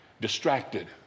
distracted